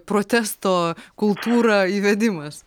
protesto kultūrą įvedimas